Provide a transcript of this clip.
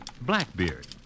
Blackbeard